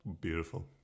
beautiful